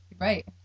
right